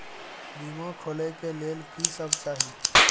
बीमा खोले के लेल की सब चाही?